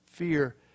Fear